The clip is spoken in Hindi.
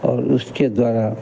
और उसके द्वारा